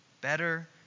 Better